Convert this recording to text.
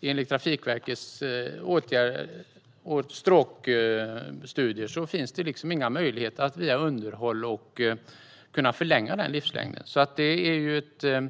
Enligt Trafikverkets stråkstudier finns det ingen möjlighet att genom underhåll förlänga livslängden. Detta